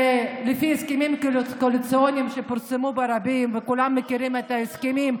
לפי הסכמים קואליציוניים שפורסמו ברבים וכולם מכירים את ההסכמים,